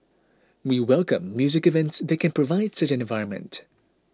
we welcome music events that can provide such an environment